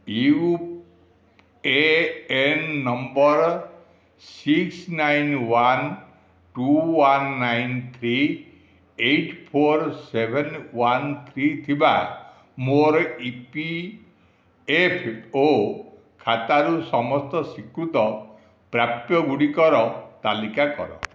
you A N number six nine one two one nine three eight four seven one three ଥିବା ମୋର E P F O ଖାତାରୁ ସମସ୍ତ ସ୍ଵୀକୃତ ପ୍ରାପ୍ୟ ଗୁଡ଼ିକର ତାଲିକା କର